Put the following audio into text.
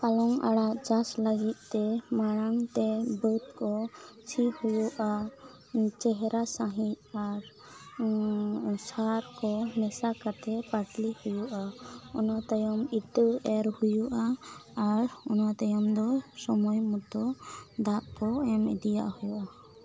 ᱯᱟᱞᱚᱱ ᱟᱲᱟᱜ ᱪᱟᱥ ᱞᱟ ᱜᱤᱫ ᱛᱮ ᱢᱟᱲᱟᱝ ᱛᱮ ᱵᱟ ᱫᱽ ᱠᱚ ᱥᱤ ᱦᱩᱭᱩᱜᱼᱟ ᱪᱮᱦᱨᱟ ᱥᱟᱹᱦᱤᱡ ᱟᱨ ᱥᱟᱨ ᱠᱚ ᱢᱮᱥᱟ ᱠᱟᱛᱮ ᱯᱟᱛᱞᱤ ᱦᱩᱭᱩᱜᱼᱟ ᱚᱱᱟ ᱛᱟᱭᱚᱢ ᱤᱛᱟ ᱮᱨ ᱦᱩᱭᱩᱜᱼᱟ ᱟᱨ ᱚᱱᱟ ᱛᱟᱭᱚᱢ ᱫᱚ ᱥᱚᱢᱚᱭ ᱢᱚᱛᱚ ᱫᱟᱜ ᱠᱚ ᱮᱢ ᱤᱫᱤᱭᱟᱜ ᱦᱩᱭᱩᱜᱼᱟ